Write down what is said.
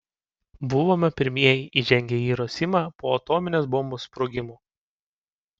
buvome pirmieji įžengę į hirosimą po atominės bombos sprogimo